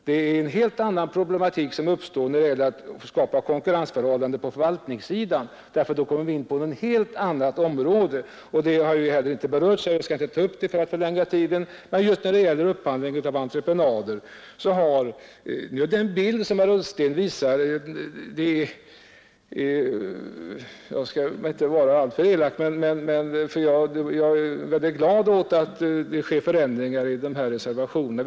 Det är en helt annan problematik som uppstår när det gäller att skapa konkurrensförhållande på förvaltningssidan. Då kommer vi in på ett helt annat område som ju inte heller har berörts här, och för att inte förlänga debatten skall jag inte ta upp det. När det gäller den bild som herr Ullsten visar skall jag inte vara alltför elak, för jag är väldigt glad över att det sker förändringar i denna reservation.